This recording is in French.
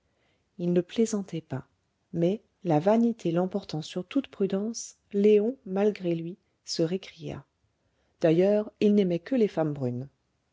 il ne plaisantait pas mais la vanité l'emportant sur toute prudence léon malgré lui se récria d'ailleurs il n'aimait que les femmes brunes